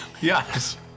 Yes